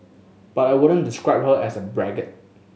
but I wouldn't describe her as a braggart